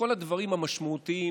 לכל הדברים המשמעותיים,